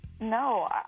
No